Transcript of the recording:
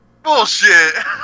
Bullshit